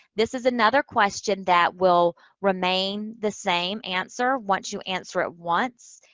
this is another question that will remain the same answer once you answer it once.